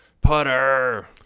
putter